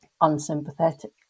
unsympathetic